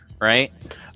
right